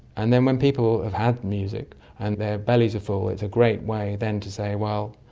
and then when people have had music and their bellies are full it's a great way then to say, well,